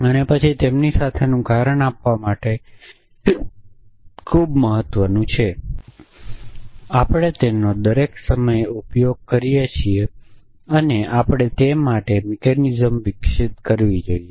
અને પછી તેમની સાથેનું કારણ આપણા માટે ખૂબ મહત્વનું છે આપણે તેનો દરેક સમય ઉપયોગ કરીએ છીએ અને આપણે તે માટે મિકેનિઝમ્સ વિકસિત કરવી જોઈએ